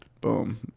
Boom